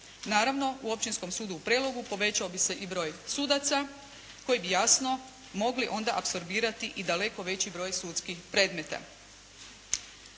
Naravno, u Općinskom sudu u Prelogu povećao bi se i broj sudaca koji bi jasno mogli onda apsorbirati i daleko veći broj sudskih predmeta.